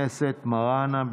כנראה יש נתונים,